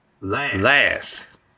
Last